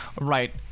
right –